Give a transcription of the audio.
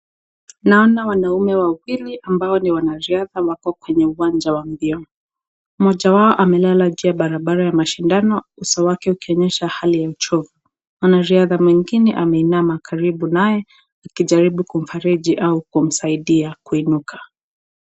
Naona wanaume wawili ambao ni wanariadha wako kwenye uwanja wa mbio. Mmoja wao amelala kando ya barabara akionyesha hali ya uchovu. Mwanariadha mwingine amesimama kando naye akijaribu kumsaidia kuinuka.